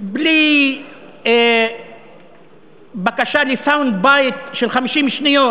בלי בקשה ל-sound bite של 50 שניות.